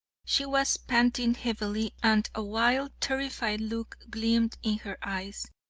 she was panting heavily, and a wild, terrified look gleamed in her eyes.